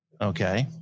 Okay